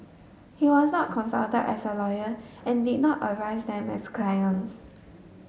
he was not consulted as a lawyer and did not advise them as clients